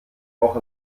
auch